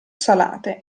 salate